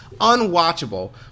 unwatchable